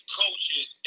coaches